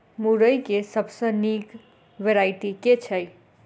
मुरई केँ सबसँ निक वैरायटी केँ छै?